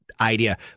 idea